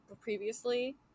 previously